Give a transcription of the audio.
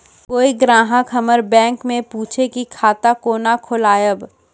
कोय ग्राहक हमर बैक मैं पुछे की खाता कोना खोलायब?